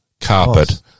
carpet